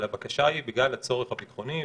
אבל, הבקשה היא בגלל הצורך הביטחוני.